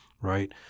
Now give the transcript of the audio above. right